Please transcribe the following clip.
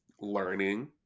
learning